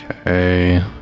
Okay